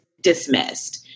dismissed